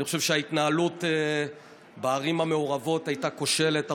אני חושב שההתנהלות בערים המעורבות הייתה כושלת,